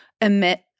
emit